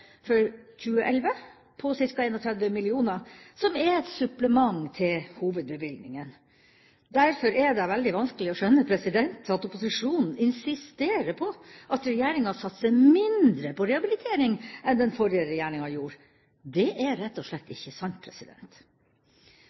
for 2011 på ca. 31 mill. kr, som er et supplement til hovedbevilgningen. Derfor er det veldig vanskelig å skjønne at opposisjonen insisterer på at regjeringa satser mindre på rehabilitering enn det den forrige regjeringa gjorde. Det er rett og slett ikke sant.